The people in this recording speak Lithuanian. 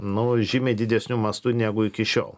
nu žymiai didesniu mastu negu iki šiol